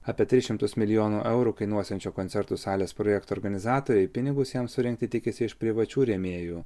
apie tris šimtus milijonų eurų kainuosiančio koncertų salės projekto organizatoriai pinigus jam surinkti tikisi iš privačių rėmėjų